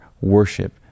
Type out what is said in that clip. worship